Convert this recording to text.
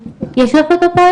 המכרז?